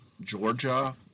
Georgia